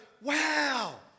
wow